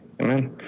Amen